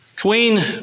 Queen